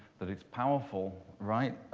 that it's powerful. right?